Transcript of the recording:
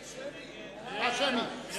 אדוני היושב-ראש, כולנו ביקשנו הצבעה שמית.